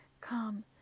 come